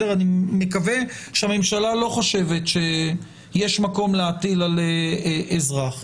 אני מקווה שהממשלה לא חושבת שיש מקום להטיל על אזרח.